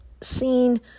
seen